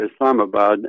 Islamabad